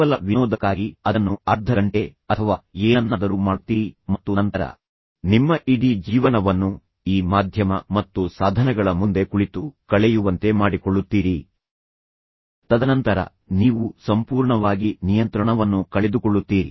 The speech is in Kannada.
ಕೇವಲ ವಿನೋದಕ್ಕಾಗಿ ನೀವು ಅದನ್ನು ಅರ್ಧ ಗಂಟೆ ಅಥವಾ ಏನನ್ನಾದರೂ ಮಾಡುತ್ತೀರಿ ಮತ್ತು ನಂತರ ನೀವು ನಿಮ್ಮ ಇಡೀ ಜೀವನವನ್ನು ಈ ಮಾಧ್ಯಮ ಮತ್ತು ಸಾಧನಗಳ ಮುಂದೆ ಕುಳಿತು ಕಳೆಯುವಂತೆ ಮಾಡಿಕೊಳ್ಳುತ್ತೀರಿ ತದನಂತರ ನೀವು ಅದಕ್ಕೂ ಮೊದಲು ನಿಮ್ಮನ್ನು ಸಂಪೂರ್ಣವಾಗಿ ಕಳೆದುಕೊಳ್ಳುತ್ತೀರಿ ಮತ್ತು ನೀವು ನಿಯಂತ್ರಣವನ್ನು ಕಳೆದುಕೊಳ್ಳುತ್ತೀರಿ